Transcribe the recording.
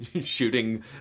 shooting